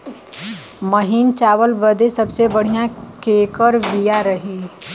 महीन चावल बदे सबसे बढ़िया केकर बिया रही?